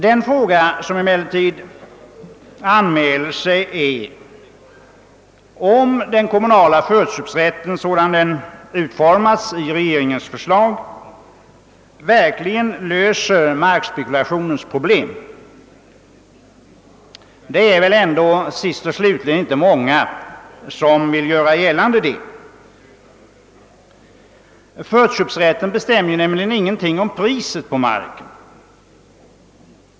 Den fråga som emellertid anmäler sig är, om den kommunala förköpsrätten sådan den utformats i regeringsförslaget verkligen löser markspekulationens problem. Till sist är det väl ändå inte många som vill göra gällande detta. Förköpsrätten bestämmer ju ingenting om priset på marken.